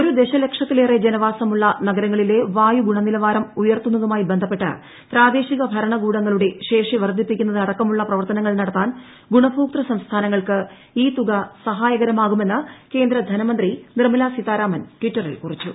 ഒരു ദശ ലക്ഷത്തിലേറെ ജനവാസമുള്ള നഗരങ്ങളിലെ വായു ഗുണനിലവാരം ഉയർത്തുന്നതുമായി ബന്ധപ്പെട്ട് പ്രാദേശിക ഭരണകൂടങ്ങളുടെ ശേഷി വർധിപ്പിക്കുന്നത് അടക്കമുള്ള പ്രവർത്തനങ്ങൾ നടത്താൻ ഗുണഭോക്തൃ സംസ്ഥാനങ്ങൾക്ക് ഈ തുക സഹായകരം ആകുമെന്ന് കേന്ദ്ര ധനമന്ത്രി നിർമല സീതാരാമൻ ട്വിറ്ററിൽ ക്ടുറിച്ചു